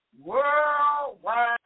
worldwide